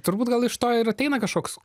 turbūt gal iš to ir ateina kažkoks